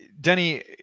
Denny